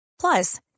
Plus